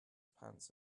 pants